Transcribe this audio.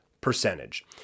percentage